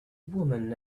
woman